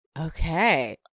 Okay